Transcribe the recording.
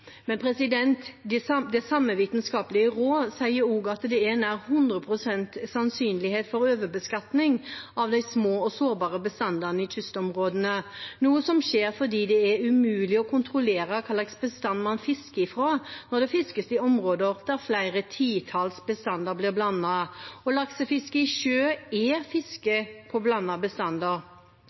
Men det samme vitenskapelige råd sier også at det er nær 100 pst. sannsynlighet for overbeskatning av de små og sårbare bestandene i kystområdene, noe som skjer fordi det er umulig å kontrollere hva slags bestand man fisker fra, når det fiskes i områder der flere titalls bestander blir blandet. Og laksefiske i sjø er fiske på blandede bestander.